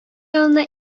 янына